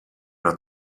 una